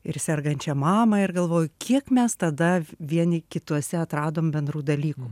ir sergančią mamą ir galvoju kiek mes tada vieni kituose atradom bendrų dalykų